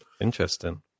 Interesting